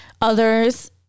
others